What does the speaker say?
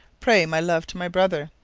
pray my love to my brother.